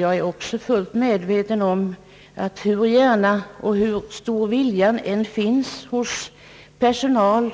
Jag är också fullt medveten om att hur stor viljan än är hos personalen